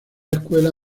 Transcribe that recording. escuelas